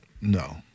no